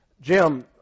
Jim